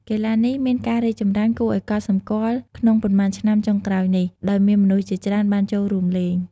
កីឡានេះមានការរីកចម្រើនគួរឲ្យកត់សម្គាល់ក្នុងប៉ុន្មានឆ្នាំចុងក្រោយនេះ ដោយមានមនុស្សជាច្រើនបានចូលរួមលេង។